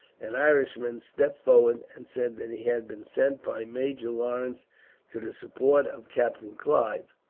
an irishman, stepped forward, and said that he had been sent by major lawrence to the support of captain clive.